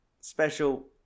special